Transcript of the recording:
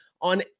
on